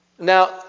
Now